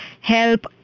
help